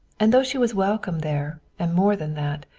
and though she was welcome there, and more than that,